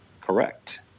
Correct